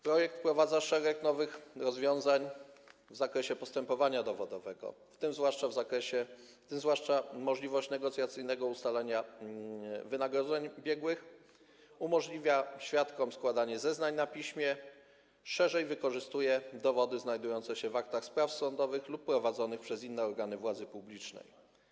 Projekt wprowadza szereg nowych rozwiązań w zakresie postępowania dowodowego, w tym zwłaszcza możliwość negocjacyjnego ustalania wynagrodzeń biegłych, umożliwia świadkom składanie zeznań na piśmie, szerzej wykorzystuje dowody znajdujące się w aktach spraw sądowych lub prowadzonych przez inne organy władzy publicznej.